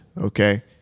okay